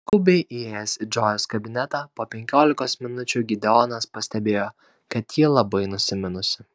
skubiai įėjęs į džojos kabinetą po penkiolikos minučių gideonas pastebėjo kad ji labai nusiminusi